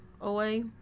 away